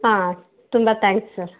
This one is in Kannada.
ಹಾಂ ತುಂಬ ತ್ಯಾಂಕ್ಸ್ ಸರ್